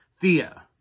Thea